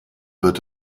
wird